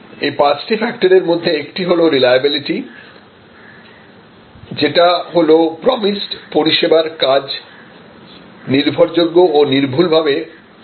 এই পাঁচটি ফ্যাক্টরের মধ্যে একটি হল রিলাইবেলিটি যেটা হল প্রমিসড পরিষেবার কাজ নির্ভরযোগ্য এবং নির্ভুলভাবে সম্পন্ন করা